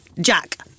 Jack